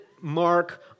mark